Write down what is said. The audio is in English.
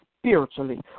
spiritually